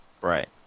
Right